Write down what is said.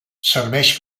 serveix